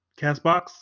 CastBox